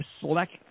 select